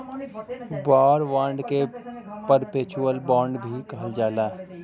war bond के perpetual bond भी कहल जाला